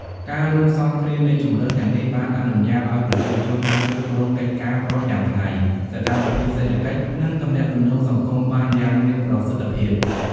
ការរួមផ្សំគ្នានៃជម្រើសទាំងនេះបានអនុញ្ញាតឱ្យប្រជាជនអាចគ្រប់គ្រងកិច្ចការប្រចាំថ្ងៃ សកម្មភាពសេដ្ឋកិច្ច និងទំនាក់ទំនងសង្គមបានយ៉ាងមានប្រសិទ្ធភាព។